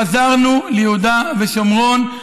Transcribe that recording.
חזרנו ליהודה ושומרון,